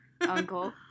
uncle